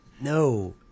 No